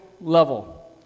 level